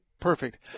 perfect